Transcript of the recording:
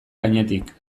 gainetik